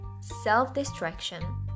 Self-destruction